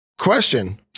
question